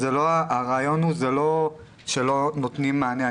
הרעיון הוא, זה לא שלא נותנים מענה.